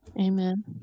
amen